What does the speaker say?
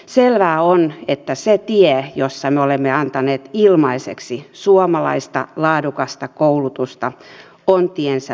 selvää on että se tie jolla me olemme antaneet ilmaiseksi suomalaista laadukasta koulutusta on tiensä päässä